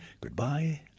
goodbye